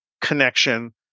connection